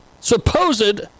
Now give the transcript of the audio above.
supposed